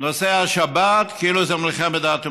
נושא השבת, כאילו זה מלחמת דת ומדינה?